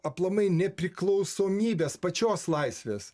aplamai nepriklausomybės pačios laisvės